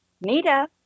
Nita